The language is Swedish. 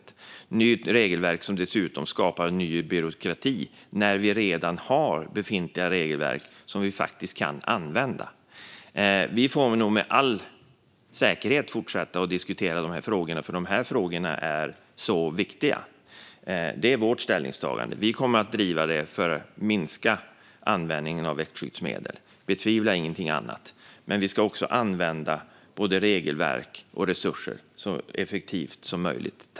Det är fråga om nya regelverk som dessutom skapar ny byråkrati, när vi redan har befintliga regelverk som vi faktiskt kan använda. Vi får med all säkerhet fortsätta att diskutera de här frågorna, för de är viktiga. Det är vårt ställningstagande. Vi kommer att driva det för att minska användningen av växtskyddsmedel. Tro ingenting annat. Men både regelverk och resurser ska användas så effektivt som möjligt.